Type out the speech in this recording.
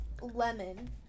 lemon